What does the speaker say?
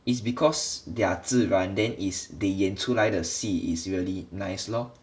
it's because they are 自然 then is they 演出来的戏 is really nice lor